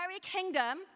kingdom